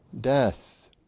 death